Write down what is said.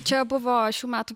čia buvo šių metų